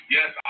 Yes